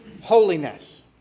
holiness